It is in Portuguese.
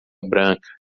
branca